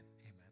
amen